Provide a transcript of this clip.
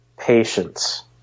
patience